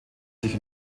sich